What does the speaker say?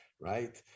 right